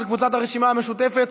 של קבוצת הרשימה המשותפת,